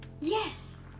Yes